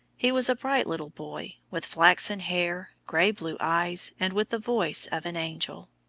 he was a bright little boy with flaxen hair, grey-blue eyes, and with the voice of an angel.